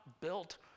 built